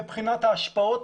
מבחינת ההשפעות,